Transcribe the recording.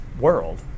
world